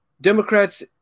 Democrats